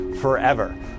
forever